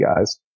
guys